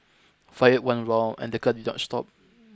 fired one round and the car did not stop